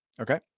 Okay